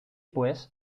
pues